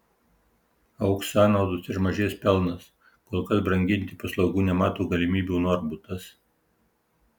augs sąnaudos ir mažės pelnas kol kas branginti paslaugų nemato galimybių norbutas